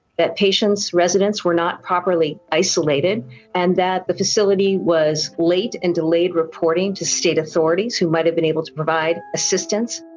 that patients residents were not properly isolated and that the facility was late and delayed reporting to state authorities who might've been able to provide assistance